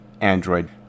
Android